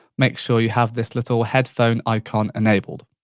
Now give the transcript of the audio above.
make sure you have this little headphone icon enabled.